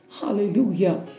hallelujah